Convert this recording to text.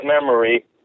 memory